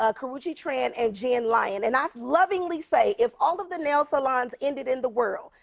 ah karrueche tran, and jenn lyon. and i lovingly say, if all of the nail salons ended in the world,